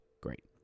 Great